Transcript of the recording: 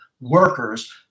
workers